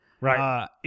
Right